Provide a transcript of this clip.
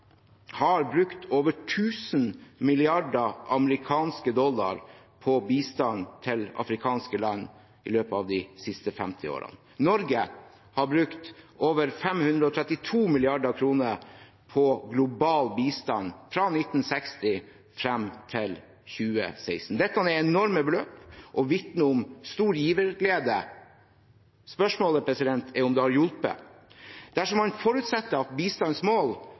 har brukt over 1 000 mrd. amerikanske dollar på bistand til afrikanske land i løpet av de siste 50 årene. Norge har brukt over 532 mrd. kr på global bistand fra 1960 og frem til 2016. Dette er enorme beløp og vitner om stor giverglede. Spørsmålet er om det har hjulpet. Dersom man forutsetter at